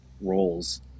roles